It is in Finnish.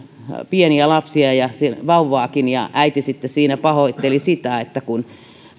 pieniä lapsia ja ja vauvaakin ja äiti pahoitteli sitä että